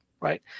right